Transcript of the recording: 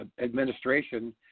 administration